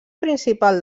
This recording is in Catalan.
principal